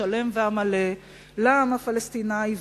השלם והמלא לעם הפלסטיני,